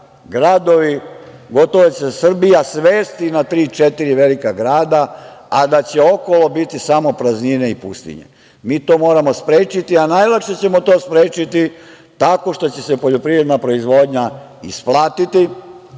gradovi, gotovo da će se Srbija svesti na tri-četiri velika grada, a da će okolo biti samo praznine i pustinje. Mi to moramo sprečiti, a najlakše ćemo to sprečiti tako što će se poljoprivredna proizvodnja isplatiti